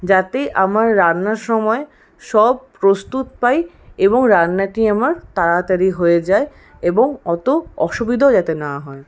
যাতে আমার রান্নার সময় সব প্রস্তুত পাই এবং রান্নাটি আমার তাড়াতাড়ি হয়ে যায় এবং অত অসুবিধাও যাতে না হয়